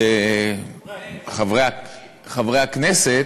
חברי הכנסת,